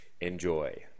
Enjoy